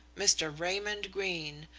mr. raymond greene,